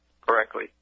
correctly